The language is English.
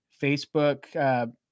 facebook